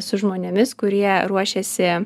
su žmonėmis kurie ruošiasi